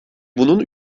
bunun